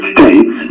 States